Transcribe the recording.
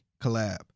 collab